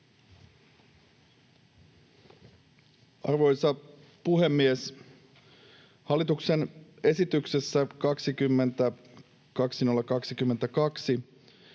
Arvoisa puhemies! Hallituksen esityksessä 20/2022